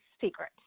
secret